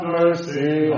mercy